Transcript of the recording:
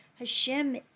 Hashem